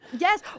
Yes